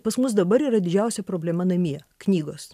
pas mus dabar yra didžiausia problema namie knygos